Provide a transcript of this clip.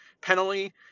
penalty